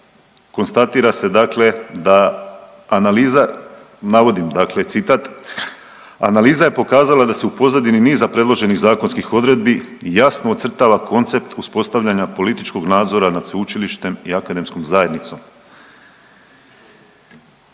citat, analiza je pokazala da se u pozadini niza predloženih zakonskih odredbi jasno ocrtava koncept uspostavljanja političkog nadzora nad sveučilištem i akademskom zajednicom.